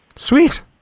Sweet